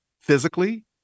physically